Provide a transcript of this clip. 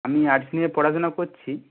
আমি আর্টস নিয়ে পড়াশোনা করছি